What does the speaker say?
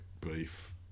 beef